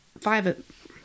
five